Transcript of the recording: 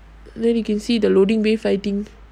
then you can see the loading bay fighting